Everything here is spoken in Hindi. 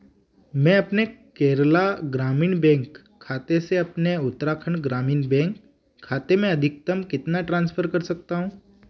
मैं अपने केरला ग्रामीण बैंक खाते से अपने उत्तराखंड ग्रामीण बैंक खाते में अधिकतम कितना ट्रांसफ़र कर सकता हूँ